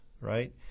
right